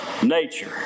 Nature